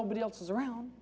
nobody else is around